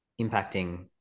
impacting